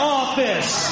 office